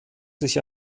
sich